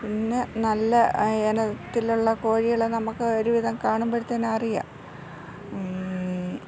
പിന്നെ നല്ല ഇനത്തിലുള്ള കോഴികള നമുക്ക് ഒരുവിധം കാണുമ്പോൾ തന്നെ അറിയാം